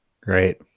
Great